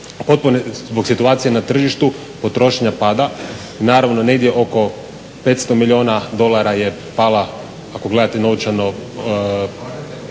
zbog situacije na tržištu potrošnja pada, naravno negdje oko 500 milijuna dolara je pala, ako gledate novčano